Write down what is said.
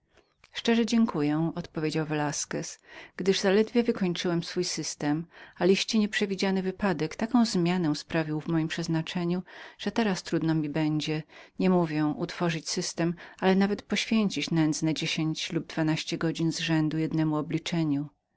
szczerze panu dziękuję odpowiedział velasquez gdyż zaledwie dokończyłem mego systemu aliści nieprzewidziany wypadek taką zmianę sprawił w mojem przeznaczeniu że teraz trudno mi będzie nie mówię utworzyć system ale niestety poświęcić nędzne dziesięć lub dwanaście godzin z rzędu jednemu